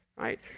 right